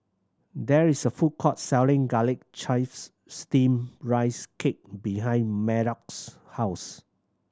there is a food court selling Garlic Chives Steamed Rice Cake behind Maddox house